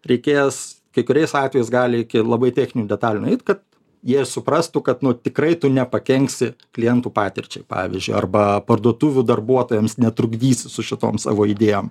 reikės kai kuriais atvejais gali iki labai techninių detalių nueit kad jie suprastų kad nu tikrai tu nepakenksi klientų patirčiai pavyzdžiui arba parduotuvių darbuotojams netrukdysi su šitom savo idėjom